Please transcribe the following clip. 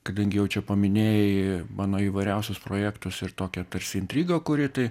kadangi jau čia paminėjai mano įvairiausius projektus ir tokią tarsi intrigą kuri tai